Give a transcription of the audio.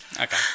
Okay